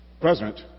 president